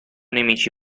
nemici